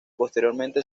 posteriormente